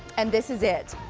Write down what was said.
and this is it.